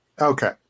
Okay